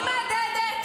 אני מהדהדת?